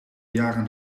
jaren